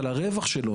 על הרווח שלו,